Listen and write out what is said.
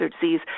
disease